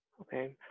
Okay